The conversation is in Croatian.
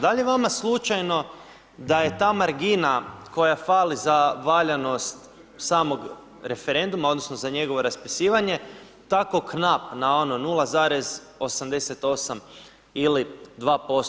Da li je vama slučajno da je ta margina koja fali za valjanost samog referenduma, odnosno za njegovo raspisivanje tako knap na ono 0,88 ili 2%